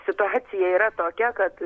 situacija yra tokia kad